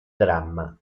dramma